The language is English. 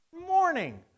morning